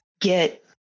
get